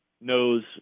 knows